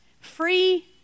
free